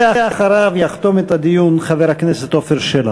ואחריו, יחתום את הדיון חבר הכנסת עפר שלח.